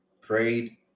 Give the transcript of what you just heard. prayed